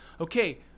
okay